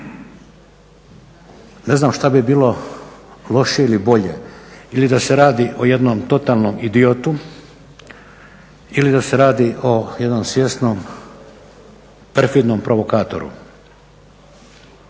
Ne znam šta bi bilo lošije ili bolje ili da se radi o jednom totalnom idiotu ili da se radi o jednom svjesnom perfidnom provokatoru.